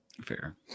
Fair